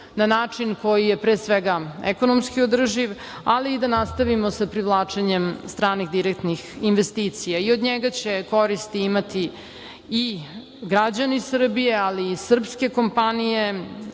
na način koji je, pre svega, ekonomski održiv, ali i da nastavimo sa privlačenjem stranih direktnih investicija. Od njega će koristi imati i građani Srbije, ali srpske kompanije,